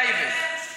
גוש התיישבות.